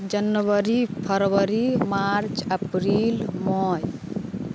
जनवरी फरवरी मार्च अप्रील मइ